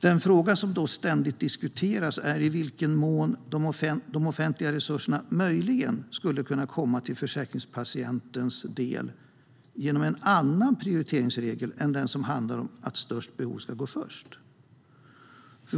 Den fråga som då ständigt diskuteras är i vilken mån de offentliga resurserna möjligen skulle kunna komma försäkringspatienten till del genom en annan prioriteringsregel än den som handlar om att störst behov ska gå först.